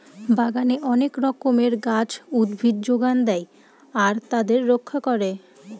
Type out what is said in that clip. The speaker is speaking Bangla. বাগানে অনেক রকমের গাছ, উদ্ভিদ যোগান দেয় আর তাদের রক্ষা করে